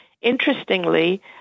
interestingly